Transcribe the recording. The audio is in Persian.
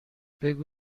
بگو